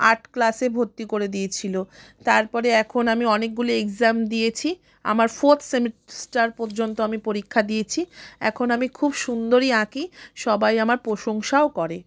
art ক্লাসে ভর্তি করে দিয়েছিল তার পরে এখন আমি অনেকগুলি এক্সাম দিয়েছি আমার ফোর্থ সেমেস্টার পর্যন্ত আমি পরীক্ষা দিয়েছি এখন আমি খুব সুন্দরই আঁকি সবাই আমার প্রশংসাও করে